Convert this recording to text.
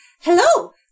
hello